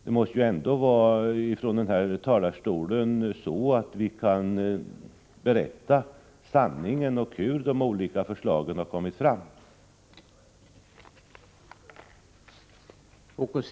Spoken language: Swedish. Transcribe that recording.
Det måste ändå vara så, att vi ifrån den här talarstolen kan säga sanningen om hur de olika förslagen har kommit till.